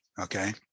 Okay